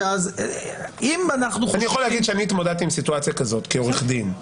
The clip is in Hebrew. אני התמודדתי עם סיטואציה כזאת כעורך-דין,